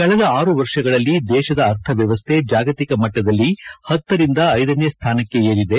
ಕಳೆದ ಆರು ವರ್ಷಗಳಲ್ಲಿ ದೇಶದ ಅರ್ಥವ್ಯವಸ್ಥೆ ಜಾಗತಿಕ ಮಟ್ಟದಲ್ಲಿ ಪತ್ತರಿಂದ ಐದನೇ ಸ್ಥಾನಕ್ಕೇರಿದೆ